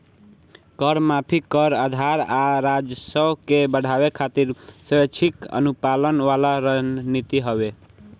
कर माफी, कर आधार आ राजस्व के बढ़ावे खातिर स्वैक्षिक अनुपालन वाला रणनीति हवे